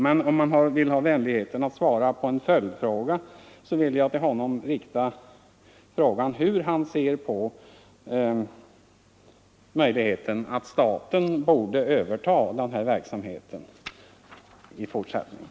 Men om han vill ha vänligheten svara på en följdfråga riktar jag till honom frågan hur han ser på möjligheten att staten övertar den här verksamheten.